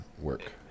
work